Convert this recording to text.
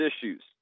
issues